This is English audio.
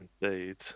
indeed